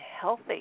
healthy